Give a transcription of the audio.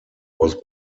was